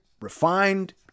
refined